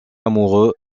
amoureux